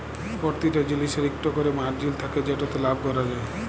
পরতিটা জিলিসের ইকট ক্যরে মারজিল থ্যাকে যেটতে লাভ ক্যরা যায়